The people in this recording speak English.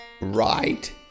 Right